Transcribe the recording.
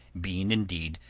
being, indeed,